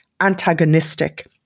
antagonistic